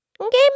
Okay